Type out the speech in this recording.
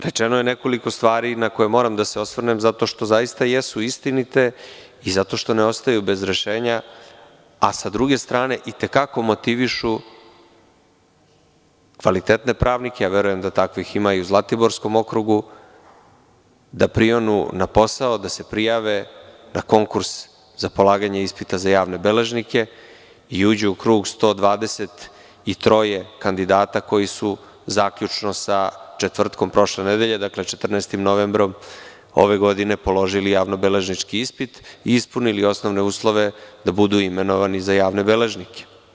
Rečeno je nekoliko stvari na koje moram da se osvrnem zato što zaista jesu istinite i zašto ne ostaju bez rešenja, a sa druge strane i te kako motivišu kvalitetni pravnike, verujem da takvih ima i u Zlatiborskom okrugu, da prionu na posao, da se prijave na konkurs za polaganje ispita za javne beležnike i uđu u krug 123 kandidata koji su zaključno sa četvrtkom prošle nedelje, dakle 14. novembrom ove godine položili javno-beležnički ispit i ispunili osnovne uslove da budu imenovani za javne beležnike.